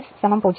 S0 torque 0